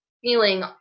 feeling